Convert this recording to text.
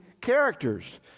characters